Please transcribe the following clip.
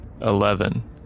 Eleven